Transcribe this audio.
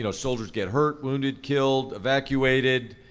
you know soldiers get hurt, wounded, killed, evacuated,